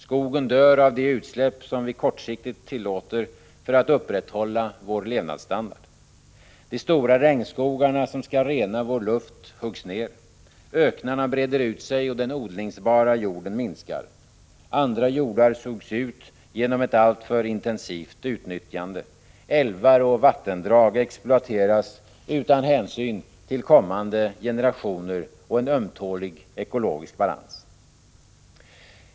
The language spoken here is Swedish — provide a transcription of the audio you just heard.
Skogen dör av de utsläpp som vi kortsiktigt tillåter för att upprätthålla vår levnadsstandard. De stora regnskogarna som skall rena vår luft huggs ned. Öknarna breder ut sig, och arealen odlingsbar jord minskar. Andra arealer sugs ut genom ett alltför intensivt utnyttjande. Älvar och vattendrag exploateras utan hänsyn till kommande generationer och en ömtålig ekologisk balans.